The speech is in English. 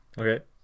Okay